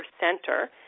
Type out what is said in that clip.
center